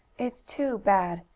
it's too bad,